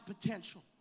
potential